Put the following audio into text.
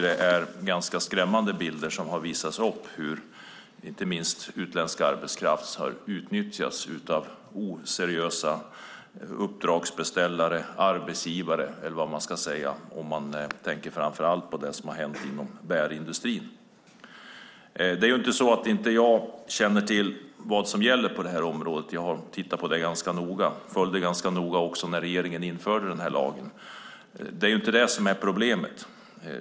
Det är skrämmande bilder som har visats upp av hur utländsk arbetskraft har utnyttjats av oseriösa uppdragsbeställare och arbetsgivare. Jag tänker framför allt på vad som har hänt inom bärindustrin. Det är inte fråga om vad jag inte känner till om vad som gäller på området. Jag har tittat på detta noga. Jag följde också med noga när regeringen införde lagen. Den är inte problemet.